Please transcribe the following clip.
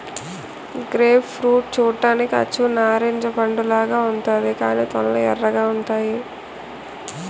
grape fruit చూడ్డానికి అచ్చు నారింజ పండులాగా ఉంతాది కాని తొనలు ఎర్రగా ఉంతాయి